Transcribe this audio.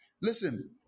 Listen